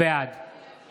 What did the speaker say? בעד